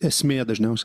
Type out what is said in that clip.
esmė dažniausia